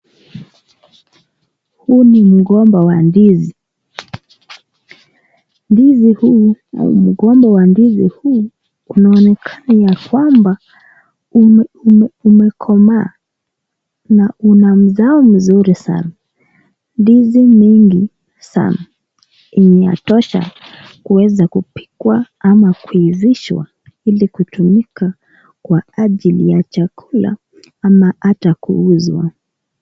Huu ni mgomba wa ndizi, mgomba wa ndizi huu unaonekana kama umekomaa na una mazao mzuri sana ndizi mingi sana inayotosha kueza kupikwa ama kuivishwa ili kutumika kwa ajili ya chakula ama hata kuuzwa.